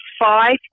five